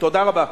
תודה רבה.